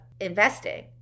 investing